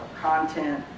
content,